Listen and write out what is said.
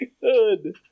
Good